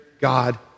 God